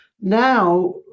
Now